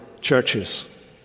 churches